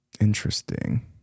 Interesting